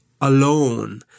alone